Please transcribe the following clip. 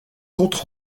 compte